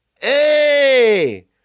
hey